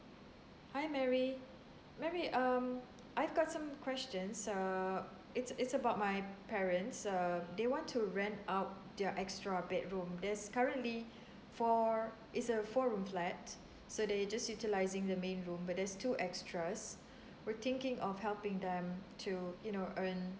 hi mary mary um I've got some questions uh it's it's about my parents um they want to rent out their extra bedroom there's currently four it's a four room flat so they're just utilising the main room but there's two extras we're thinking of helping them to you know earn